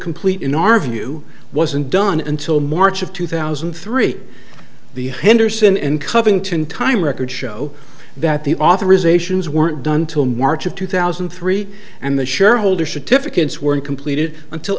complete in our view wasn't done until march of two thousand and three the henderson and covington time records show that the authorizations weren't done till march of two thousand and three and the shareholder certificates were completed until